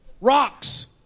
Rocks